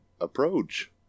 approach